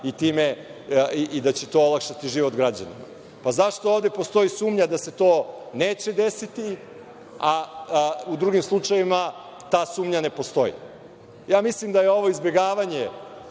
i da će to olakšati život građanima. Zašto ovde postoji sumnja da se to neće desiti, a u drugim slučajevima ta sumnja ne postoji? Mislim da je ovo izbegavanje